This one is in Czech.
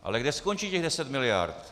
Ale kde skončí těch deset miliard?